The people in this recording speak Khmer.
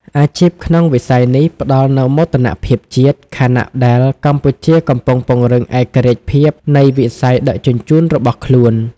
អាជីពក្នុងវិស័យនេះផ្តល់នូវមោទនភាពជាតិ ខណៈដែលកម្ពុជាកំពុងពង្រឹងឯករាជ្យភាពនៃវិស័យដឹកជញ្ជូនរបស់ខ្លួន។